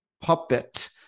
puppet